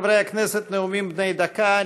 חברי הכנסת, נאומים בני דקה.